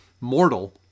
mortal